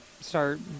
start